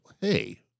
Hey